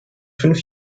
fünf